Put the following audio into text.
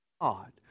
God